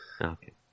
Okay